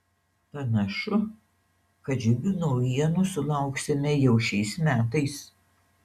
panašu kad džiugių naujienų sulauksime jau šiais metais